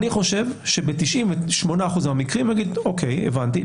אני חושב שב-98% מהמקרים יגיד: אוקיי, הבנתי.